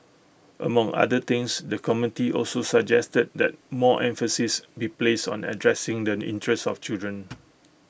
among other things the committee also suggested that more emphasis be placed on addressing the interests of children